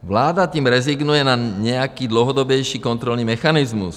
Vláda tím rezignuje na nějaký dlouhodobější kontrolní mechanismus.